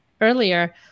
earlier